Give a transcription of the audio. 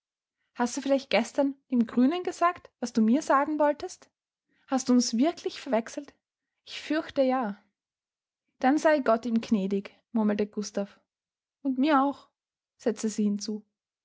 hast du vielleicht gestern dem grünen gesagt was du mir sagen wollen hast du uns wirklich verwechselt ich fürchte ja dann sei gott ihm gnädig murmelte gustav und mir auch setzte sie hinzu